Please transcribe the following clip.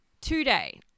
today